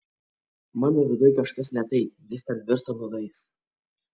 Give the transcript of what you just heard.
mano viduj kažkas ne taip jis ten virsta nuodais